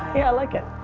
yeah, i like it.